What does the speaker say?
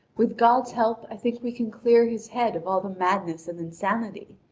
with god's help i think we can clear his head of all the madness and insanity.